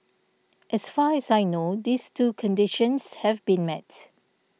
as far as I know these two conditions have been met